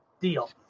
deal